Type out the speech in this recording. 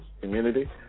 Community